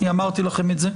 אמרתי לכם את זה.